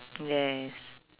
yes